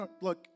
Look